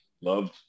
love